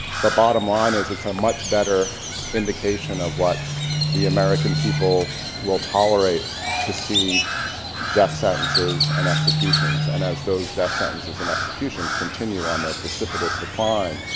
the bottom line is it's a much better indication of what the american people will tolerate to see death sentences and executions. and as those death sentences and executions continue on their precipitous decline,